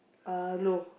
uh no